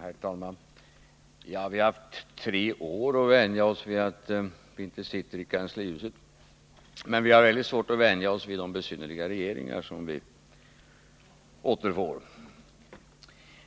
Herr talman! Vi har haft tre år på oss att vänja oss vid att vi inte sitter i kanslihuset, men vi har väldigt svårt att vänja oss vid de besynnerliga regeringar som vi återfår.